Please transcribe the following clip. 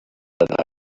that